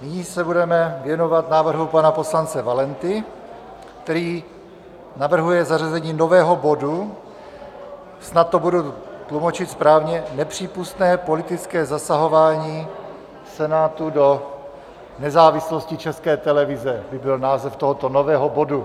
Nyní se budeme věnovat návrhu pana poslance Valenty, který navrhuje zařazení nového bodu, snad to budu tlumočit správně Nepřípustné politické zasahování Senátu do nezávislosti České televize by byl název tohoto nového bodu.